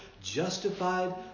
justified